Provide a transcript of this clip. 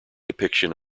depiction